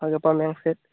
ᱦᱳᱭ ᱜᱟᱯᱟ ᱢᱮᱭᱟᱝ ᱥᱮᱫ